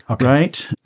right